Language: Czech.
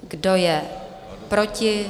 Kdo je proti?